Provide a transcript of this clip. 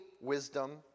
wisdom